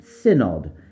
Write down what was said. synod